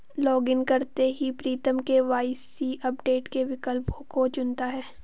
login करते ही Pritam KYC update के विकल्प को चुनता है